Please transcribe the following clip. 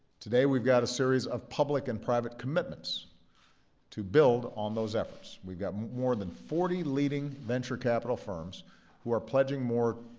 today, we've got a series of public and private commitments to build on those efforts. we've got more than forty leading venture capital firms who are pledging more